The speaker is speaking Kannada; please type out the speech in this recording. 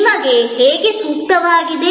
ನಿಮಗೆ ಹೇಗೆ ಸೂಕ್ತವಾಗಿದೆ